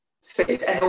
space